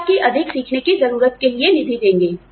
वे आपकी अधिक सीखने की जरूरत के लिए निधि देंगे